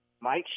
Mike